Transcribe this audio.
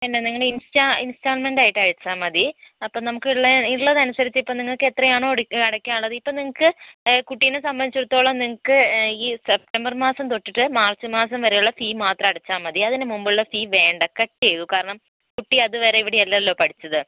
അല്ല നിങ്ങൾ insta instalment ആയിട്ട് അടച്ചാൽ മതി അപ്പോൾ നമുക്ക് ഉള്ള ഉള്ളതനുസരിചിപ്പം നിങ്ങൾക്ക് എത്രയാണോ അടക്കാനുള്ളത് ഇപ്പം നിങ്ങൾക്ക് കുട്ടീനെ സംബന്ധിച്ചിടത്തോളം നിങ്ങൾക്ക് ഈ സെപ്റ്റംബർ മാസം തൊട്ടിട്ട് മാർച്ച് മാസം വരെയുള്ള ഫീ മാത്രം അടച്ചാൽ മതി അതിന് മുൻപുള്ള ഫീ വേണ്ട കട്ട് ചെയ്തു കാരണം കുട്ടി അതുവരെ ഇവിടെ അല്ലല്ലോ പഠിച്ചത്